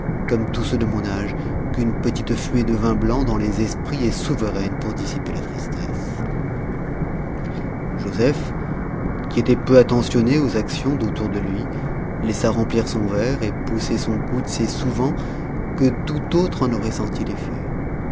comme tous ceux de mon âge qu'une petite fumée de vin blanc dans les esprits est souveraine pour dissiper la tristesse joseph qui était peu attentionné aux actions d'autour de lui laissa remplir son verre et pousser son coude si souvent que tout autre en aurait senti